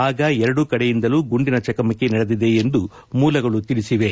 ಆಗ ಎರಡೂ ಕಡೆಯಿಂದಲೂ ಗುಂಡಿನ ಚಕಮಕಿ ನಡೆದಿದೆ ಎಂದು ಮೂಲಗಳು ತಿಳಿಸಿವೆ